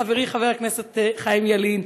חברי חבר הכנסת חיים ילין,